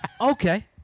Okay